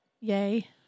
Yay